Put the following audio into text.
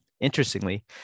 Interestingly